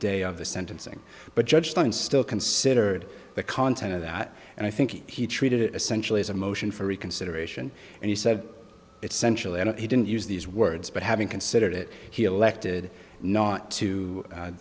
day of the sentencing but judge john still considered the content of that and i think he treated it essential as a motion for reconsideration and he said it's central and he didn't use these words but having considered it he elected not to